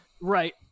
Right